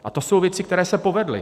A to jsou věci, které se povedly.